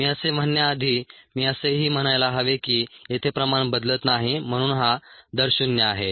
मी असे म्हणण्याआधी मी असेही म्हणायला हवे की येथे प्रमाण बदलत नाही म्हणून हा दर शून्य आहे